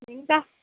ఇంకా